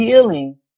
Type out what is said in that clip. healing